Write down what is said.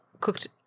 cooked